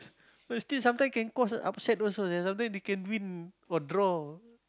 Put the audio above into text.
so is still some time can cause an upset also some time they can win or draw